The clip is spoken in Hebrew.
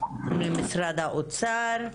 משרד האוצר,